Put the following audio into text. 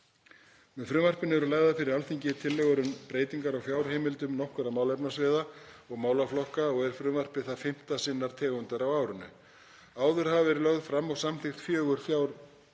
Með frumvarpinu eru lagðar fyrir Alþingi tillögur um breytingar á fjárheimildum nokkurra málefnasviða og málaflokka og er frumvarpið það fimmta sinnar tegundar á árinu. Áður hafa verið lögð fram og samþykkt fjögur fjáraukalagafrumvörp.